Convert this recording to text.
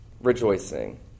rejoicing